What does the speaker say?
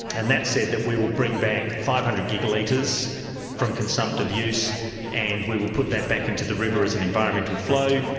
and that said that we will bring back five hundred gigalitres from consumptive use and we will put that back into the river as an environmental flow.